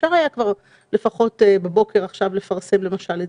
אפשר היה לפחות בבוקר לפרסם את זה.